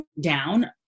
down